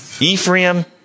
Ephraim